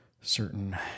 certain